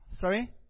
Sorry